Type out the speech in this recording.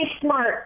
smart